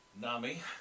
Nami